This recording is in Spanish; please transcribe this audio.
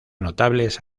notables